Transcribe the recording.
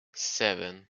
seven